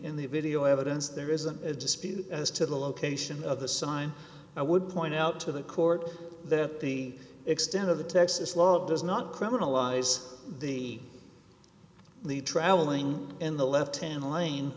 in the video evidence there is a dispute as to the location of the sign i would point out to the court that the extent of the texas law does not criminalize the the traveling in the left hand lane